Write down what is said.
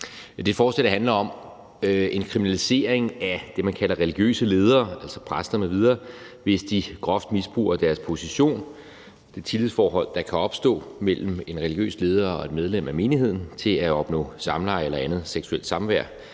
Forslaget handler om en kriminalisering af det, man kalder religiøse ledere, altså præster m.v., hvis de groft misbruger deres position – det tillidsforhold, der kan opstå mellem en religiøs leder og et medlem af menigheden – til at opnå samleje eller andet seksuelt samvær